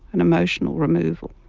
an emotional removal.